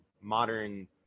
modern